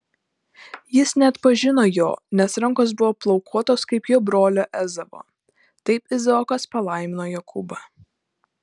jis neatpažino jo nes rankos buvo plaukuotos kaip jo brolio ezavo taip izaokas palaimino jokūbą